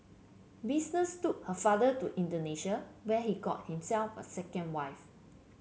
business took her father to Indonesia where he got himself a second wife